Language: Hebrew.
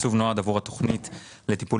התקצוב נועד עבור התוכנית לטיפול